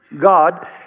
God